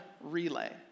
relay